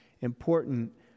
important